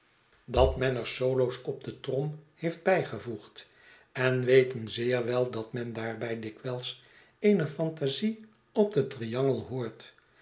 dat men er solo's op de trom heeft bijgevoegd en weten zeer wel dat men daarbij dikwijls eene fantasie op den triangel